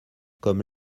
comme